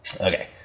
Okay